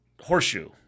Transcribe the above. horseshoe